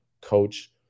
coach